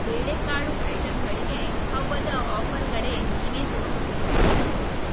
ಬೇಳೆಕಾಳು ಐಟಮ್ಗಳಿಗೆ ಹಬ್ಬದ ಆಫರ್ಗಳೇನಿವೆ ತೋರಿಸು